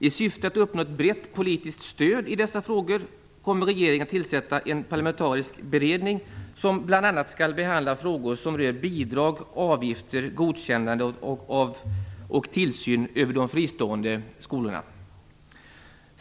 I syfte att uppnå ett brett politiskt stöd i dessa frågor kommer regeringen att tillsätta en parlamentarisk beredning som bl.a. skall behandla frågor som rör bidrag, avgifter, godkännande av och tillsyn över de fristående skolorna."